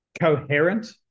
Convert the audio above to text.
Coherent